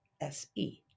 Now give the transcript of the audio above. S-E